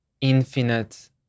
infinite